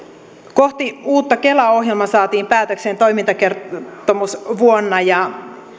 kohti uutta kelaa ohjelma saatiin päätökseen toimintakertomusvuonna ja